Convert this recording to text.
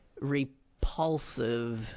repulsive